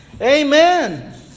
Amen